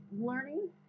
learning